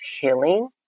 healing